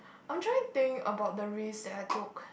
I'm trying think about the risk that I took